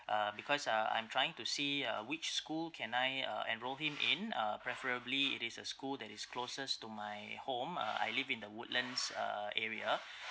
uh because uh I'm trying to see uh which school can I uh enrol him in uh preferably it is a school that is closest to my home uh I live in the woodlands uh area